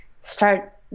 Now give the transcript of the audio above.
start